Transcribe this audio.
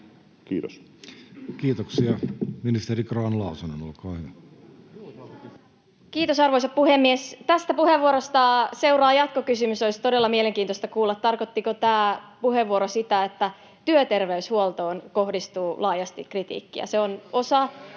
Werning sd) Time: 16:07 Content: Kiitos, arvoisa puhemies! Tästä puheenvuorosta seuraa jatkokysymys: olisi todella mielenkiintoista kuulla, tarkoittiko tämä puheenvuoro sitä, että työterveyshuoltoon kohdistuu laajasti kritiikkiä.